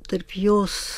tarp jos